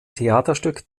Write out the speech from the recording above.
theaterstück